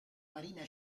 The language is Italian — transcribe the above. marina